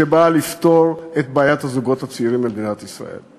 שבאה לפתור את בעיית הזוגות הצעירים במדינת ישראל.